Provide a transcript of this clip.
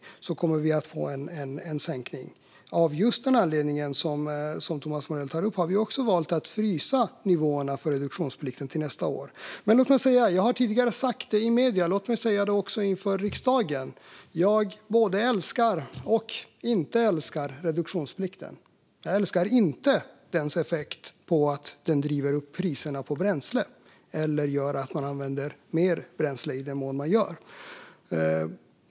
Då kommer vi att få en sänkning Av just den anledning som Thomas Morell tar upp har vi också valt att frysa nivåerna för reduktionsplikten för nästa år. Men låt mig säga det som jag tidigare har sagt i medierna också inför riksdagen: Jag både älskar och inte älskar reduktionsplikten. Jag älskar inte dess effekt att driva upp priserna på bränsle eller att den leder till att man använder mer bränsle, i den mån man gör det.